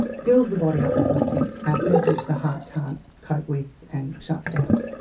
fills the body up with lactic acid which the heart can't cope with and shuts down.